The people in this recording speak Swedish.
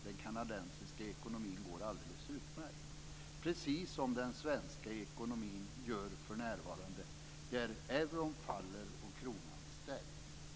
Den kanadensiska ekonomin går alldeles utmärkt, precis som den svenska ekonomin gör för närvarande. Euron faller och kronan stärks.